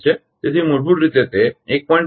તેથી મૂળભૂત રીતે તે 1